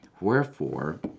Wherefore